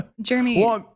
Jeremy